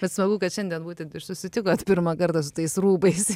bet smagu kad šiandien būtent ir susitikot pirmą kartą su tais rūbais